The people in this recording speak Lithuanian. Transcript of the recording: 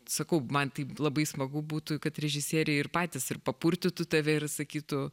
sakau man taip labai smagu būtų kad režisieriai ir patys ir papurtytų tave ir sakytų